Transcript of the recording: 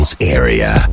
Area